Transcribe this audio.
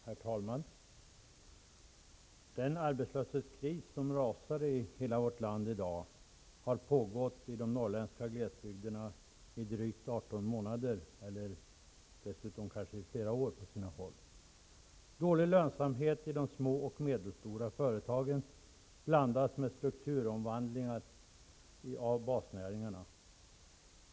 Herr talman! Den arbetslöshetskris som rasar i hela vårt land i dag har pågått i de norrländska glesbygderna i drygt 18 månader, på sina håll kanske i flera år. Dålig lönsamhet i de små och medelstora företagen blandas med strukturomvandlingar av basnäringarna.